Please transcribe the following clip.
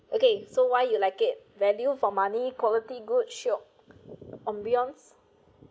okay so why you like it value for money quality good shiok ambiance